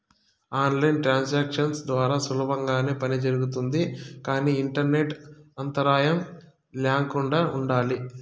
on line transactions ద్వారా సులభంగానే పని జరుగుతుంది కానీ ఇంటర్నెట్ అంతరాయం ల్యాకుండా ఉండాలి